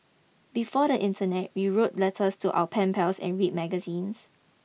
before the internet we wrote letters to our pen pals and read magazines